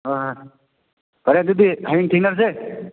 ꯍꯣꯏ ꯍꯣꯏ ꯐꯔꯦ ꯑꯗꯨꯗꯤ ꯍꯌꯦꯡ ꯊꯦꯡꯅꯔꯁꯦ